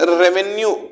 revenue